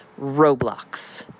Roblox